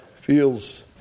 feels